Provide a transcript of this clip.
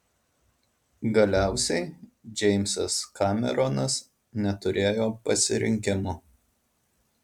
galiausiai džeimsas kameronas neturėjo pasirinkimo